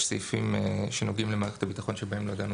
יש סעיפים שנוגעים למערכת הביטחון שבהם לא נגענו